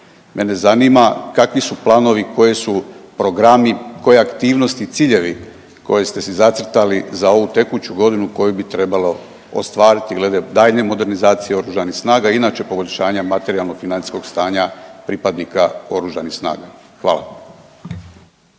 mene zanima kakvi su planovi, koji su programi, koje aktivnosti i ciljevi koje ste si zacrtali za ovu tekuću godinu koju bi trebalo ostvariti glede daljnje modernizacije oružanih snaga, inače poboljšanja materijalno financijskog stanja pripadnika oružanih snaga? Hvala.